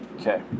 Okay